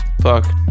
fuck